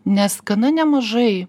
nes gana nemažai